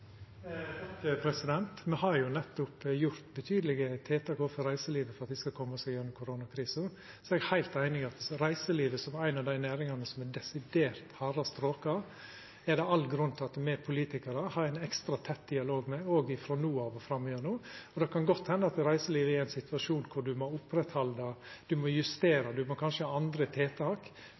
Me har nettopp gjort betydelege tiltak overfor reiselivet for at dei skal koma seg igjennom koronakrisa, men eg er heilt einig i at reiselivet, som er ei av dei næringane som er desidert hardast råka, er det all grunn til at me politikarar har ein ekstra tett dialog med frå no av og framover. Det kan godt henda at reiselivet er i ein situasjon der ein må oppretthalda, justera og kanskje ha andre tiltak